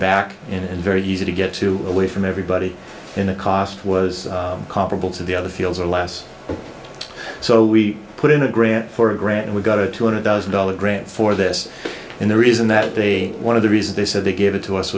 back and very easy to get to away from everybody in the cost was comparable to the other fields or last so we put in a grant for a grant and we got a two hundred thousand dollars grant for this and the reason that day one of the reasons they said they gave it to us